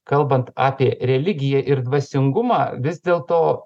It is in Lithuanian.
kalbant apie religiją ir dvasingumą vis dėl to